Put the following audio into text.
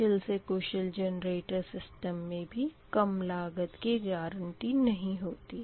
कुशल से कुशल generator system मे भी कम लागत की गारंटी नही होती